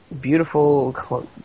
beautiful